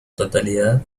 totalidad